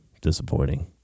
disappointing